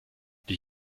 die